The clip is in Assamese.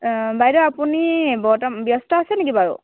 অ' বাইদেউ আপুনি বৰ্ত ব্যস্ত আছে নেকি বাৰু